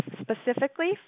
specifically